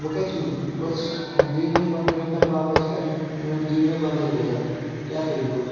وۄنۍ کَتہِ چھِو دِیِو مےٚ پَنُن رِفَنٛڈ واپَس کیاہ چھو دِیِو مےٚ بَدلاے پِزا کیاہ کٔرِو وۄنۍ